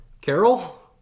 Carol